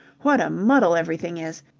what a muddle everything is.